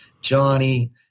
Johnny